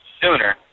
sooner